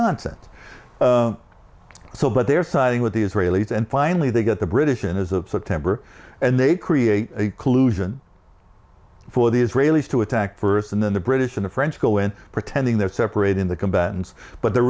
nonsense so but they're siding with the israelis and finally they get the british and as of september and they create a clue for the israelis to attack first and then the british and french go in pretending they're separate in the combatants but they're